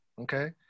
okay